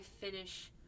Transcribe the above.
finish